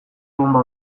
bonba